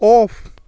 off